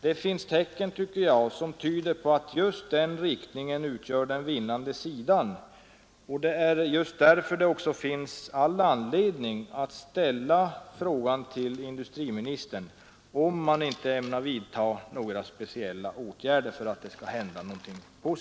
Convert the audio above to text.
Det finns tecken, tycker jag, som tyder på att den senare riktningen utgör den vinnande sidan, och det är just därför all anledning att ställa frågan till industriministern, om han inte ämnar vidta några speciella åtgärder, så att det händer någonting positivt.